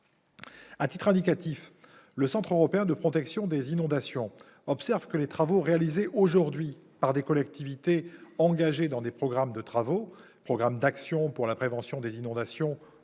À titre indicatif, le Centre européen de prévention du risque d'inondation observe que les travaux réalisés aujourd'hui par les collectivités engagées dans des programmes de travaux, comme les programmes d'action pour la prévention des inondations